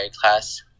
class